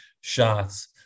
shots